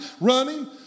running